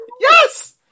Yes